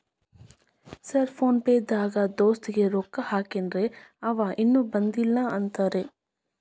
Sir PhonePe ದಾಗ ದೋಸ್ತ್ ಗೆ ರೊಕ್ಕಾ ಹಾಕೇನ್ರಿ ಅಂವ ಇನ್ನು ಬಂದಿಲ್ಲಾ ಅಂತಾನ್ರೇ?